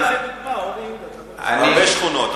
הרבה שכונות.